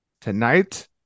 tonight